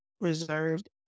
reserved